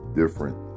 different